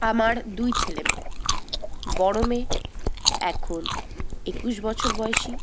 আমার দুই ছেলেমেয়ে বড়ো মেয়ে এখন একুশ বছর বয়সী